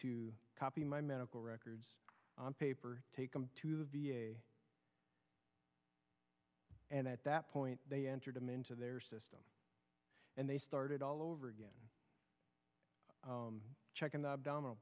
to copy my medical records on paper take them to the v a and at that point they entered him into their system and they started all over again checking the abdominal